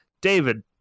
David